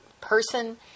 person